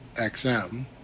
XM